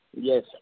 Yes